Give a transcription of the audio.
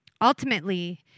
Ultimately